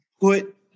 put